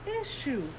issue